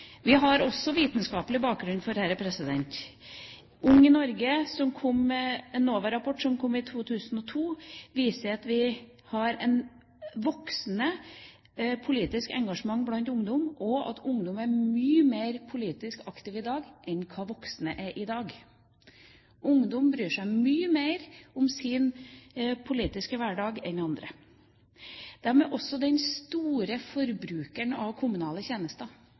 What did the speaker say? Vi har også vitenskapelig bakgrunn for dette. «Ung i Norge», en NOVA-rapport som kom i 2002, viser at vi har et voksende politisk engasjement blant ungdom, og at ungdom i dag er mye mer politisk aktive enn voksne er. Ungdom bryr seg mye mer om sin politiske hverdag enn andre. De er også den store forbrukeren av kommunale tjenester.